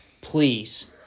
please